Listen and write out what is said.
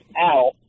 out